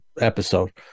episode